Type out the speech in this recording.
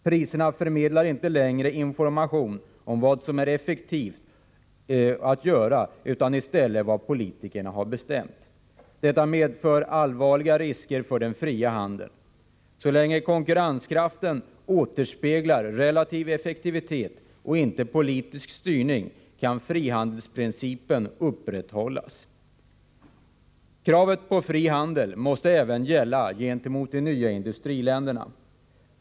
Priserna förmedlar inte längre information om vad som är effektivt att göra utan i stället om vad politikerna har bestämt. Detta medför allvarliga risker för den fria handeln. Så länge konkurrenskraften återspeglar relativ effektivitet och inte politisk styrning kan frihandelsprincipen upprätthållas. Kravet på fri handel måste även gälla gentemot de nya industriländerna.